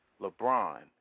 LeBron